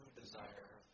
desire